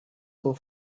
for